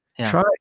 Try